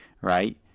right